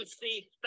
see